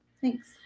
thanks